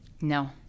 no